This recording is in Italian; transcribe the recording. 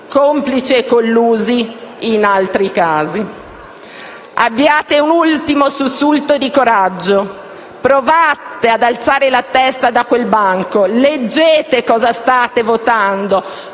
complici e collusi in altri casi. Abbiate un ultimo sussulto di coraggio, provate ad alzare la testa da quel banco e leggete cosa state votando.